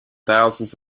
thousands